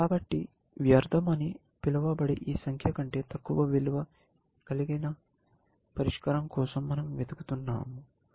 కాబట్టి వ్యర్థం అని పిలువబడే ఈ సంఖ్య కంటే తక్కువ విలువ కలిగిన పరిష్కారం కోసం మనం వెతుకుతున్నాము